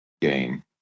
game